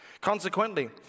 Consequently